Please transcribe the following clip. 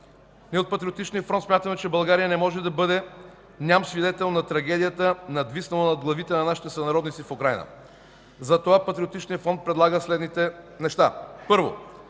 ние от Патриотичния фронт смятаме, че България не може да бъде ням свидетел на трагедията, надвиснала над главите на нашите сънародници в Украйна. Затова Патриотичният фронт предлага следните неща. Първо,